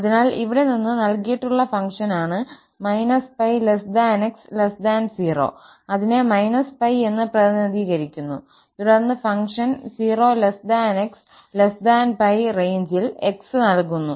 അതിനാൽ ഇവിടെ നിന്ന് നൽകിയിട്ടുള്ള ഫംഗ്ഷനാണ് −𝜋𝑥0 അതിനെ −𝜋 എന്ന് പ്രതിനിധീകരിക്കുന്നു തുടർന്ന് ഫംഗ്ഷൻ 0 𝑥 𝜋 റെയ്ഞ്ചിൽ 𝑥 നൽകുന്നു